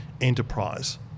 enterprise